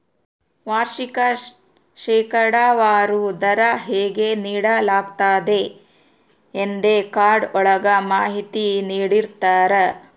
ವಾರ್ಷಿಕ ಶೇಕಡಾವಾರು ದರ ಹೇಗೆ ನೀಡಲಾಗ್ತತೆ ಎಂದೇ ಕಾರ್ಡ್ ಒಳಗ ಮಾಹಿತಿ ನೀಡಿರ್ತರ